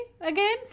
again